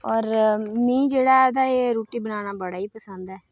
ते मिगी जेह्ड़ा ऐ ना एह् रुट्टी बनाना बड़ा ई पसंद ऐ